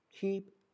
Keep